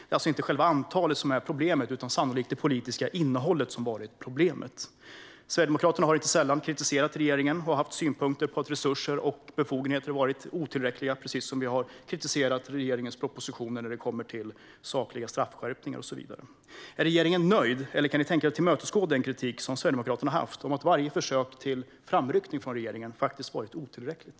Det är inte själva antalet som är problemet utan sannolikt det politiska innehållet. Sverigedemokraterna har inte sällan kritiserat regeringen och haft synpunkter på att resurser och befogenheter har varit otillräckliga, precis som vi har kritiserat regeringens propositioner när det kommer till sakliga straffskärpningar och så vidare. Är regeringen nöjd, Heléne Fritzon? Eller kan ni tänka er att hålla med om Sverigedemokraternas kritik när det gäller att varje försök till framryckning från regeringen har varit otillräckligt?